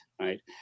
right